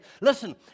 Listen